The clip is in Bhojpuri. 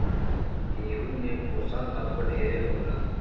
एहू मे पोषण तत्व ढेरे होला